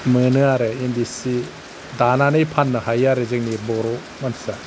मोनो आरो इन्दि सि दानानै फाननो हायो आरो जों बर' मानसिया